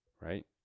right